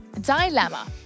Dilemma